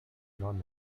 non